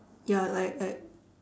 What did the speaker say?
ya like like